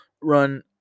run